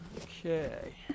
Okay